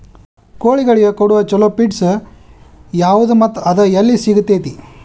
ಕೋಳಿಗಳಿಗೆ ಕೊಡುವ ಛಲೋ ಪಿಡ್ಸ್ ಯಾವದ ಮತ್ತ ಅದ ಎಲ್ಲಿ ಸಿಗತೇತಿ?